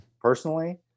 personally